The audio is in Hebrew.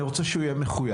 אני רוצה שהוא יהיה מחויב.